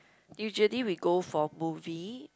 usually we go for movie